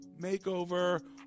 Makeover